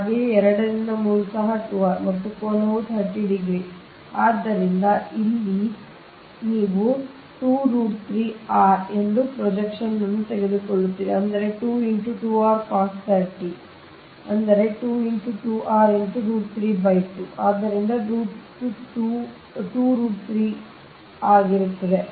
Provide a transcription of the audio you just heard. ಹಾಗೆಯೇ 2 ರಿಂದ 3 ಸಹ 2r ಮತ್ತು ಈ ಕೋನವು 30 ಡಿಗ್ರಿ ಆದ್ದರಿಂದ ಇಲ್ಲಿ ನೀವು ಎಂದು ಈ ಪ್ರೊಜೆಕ್ಷನ್ ಅನ್ನು ತೆಗೆದುಕೊಳ್ಳುತ್ತೀರಿ ಅಂದರೆ 2 x 2r cos 30 ಆದ್ದರಿಂದ ಅಂದರೆ 2 × 2 r x √3 2 ಆದ್ದರಿಂದ ಇದು 2√3 ಆಗಿರುತ್ತದೆ